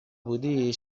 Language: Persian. بودی